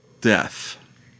death